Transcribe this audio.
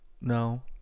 No